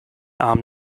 arm